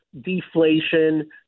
Deflation